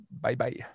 Bye-bye